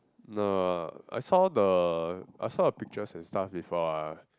no I saw the I saw a pictures and stuff before ah